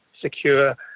secure